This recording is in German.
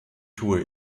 tue